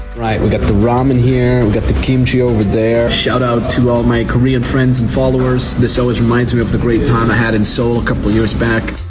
right, we've got the ramen here. we've got the kimchi over there. shout out to all my korean friends and followers. this always reminds me of the great time i had in seoul a couple of years back.